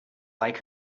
like